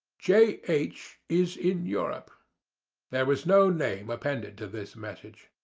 j. h. is in europe there was no name appended to this message.